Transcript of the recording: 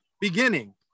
beginning